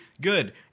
good